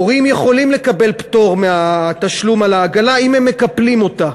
הורים יכולים לקבל פטור מהתשלום על העגלה אם הם מקפלים אותה.